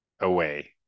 away